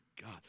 God